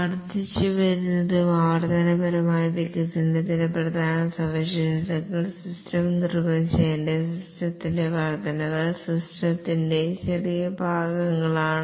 വർദ്ധിച്ചുവരുന്നതും ആവർത്തനപരവുമായ വികസനത്തിന്റെ പ്രധാന സവിശേഷതകൾ സിസ്റ്റം നിർമ്മിച്ചത് സിസ്റ്റത്തിന്റെ വർദ്ധനവ് സിസ്റ്റത്തിന്റെ ചെറിയ ഭാഗങ്ങളാണ്